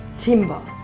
timber,